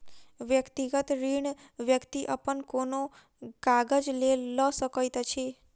व्यक्तिगत ऋण व्यक्ति अपन कोनो काजक लेल लऽ सकैत अछि